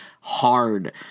hard